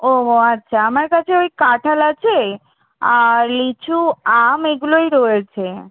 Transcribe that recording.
ও ও আচ্ছা আমার কাছে ওই কাঁঠাল আছে আর লিচু আম এগুলোই রয়েছে